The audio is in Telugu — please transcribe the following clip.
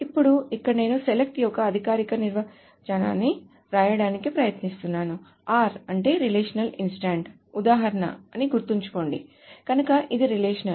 ఇప్పుడు ఇక్కడ నేను సెలక్ట్ యొక్క అధికారిక నిర్వచనాన్ని వ్రాయడానికి ప్రయత్నిస్తున్నాను r అంటే రిలేషనల్ ఇంస్టాన్స్ ఉదాహరణ అని గుర్తుంచుకోండి కనుక ఇది రిలేషనల్